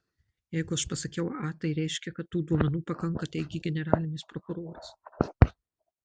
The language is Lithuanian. jeigu aš pasakiau a tai reiškia kad tų duomenų pakanka teigė generalinis prokuroras